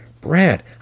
Brad